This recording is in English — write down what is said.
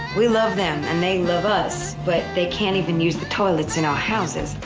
we love them and they love us, but they can't even use the toilets in our houses.